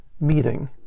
meeting